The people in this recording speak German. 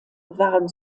waren